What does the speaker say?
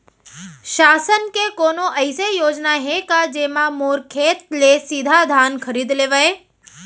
शासन के कोनो अइसे योजना हे का, जेमा मोर खेत ले सीधा धान खरीद लेवय?